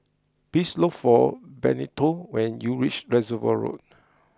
please look for Benito when you reach Reservoir Road